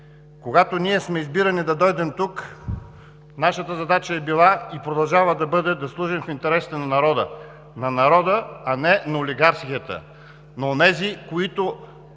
когато ние сме избирани да дойдем тук, нашата задача е била и продължава да бъде да служим в интерес на народа. На народа, а не на олигарсите, на онези, които